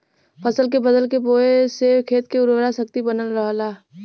फसल के बदल के बोये से खेत के उर्वरा शक्ति बनल रहला